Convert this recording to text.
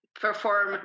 perform